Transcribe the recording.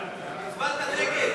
סעיף 35,